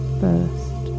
first